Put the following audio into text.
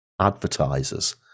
advertisers